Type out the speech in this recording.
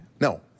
No